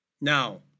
now